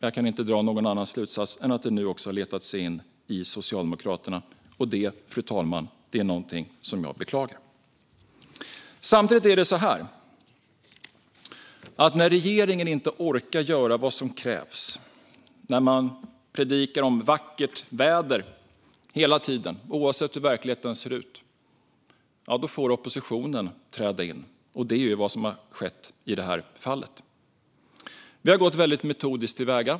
Jag kan inte dra någon annan slutsats än att det nu också har letat sig in i Socialdemokraterna. Det, fru talman, är någonting som jag beklagar. När regeringen inte orkar göra vad som krävs, när man predikar om vackert väder hela tiden, oavsett hur verkligheten ser ut, då får oppositionen träda in. Det är vad som har skett i det här fallet. Vi har gått väldigt metodiskt till väga.